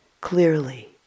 clearly